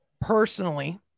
personally